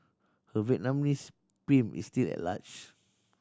her Vietnamese pimp is still at large